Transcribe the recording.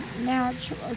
natural